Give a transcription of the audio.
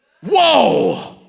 Whoa